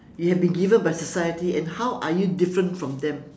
you have been given by society and how are you different from them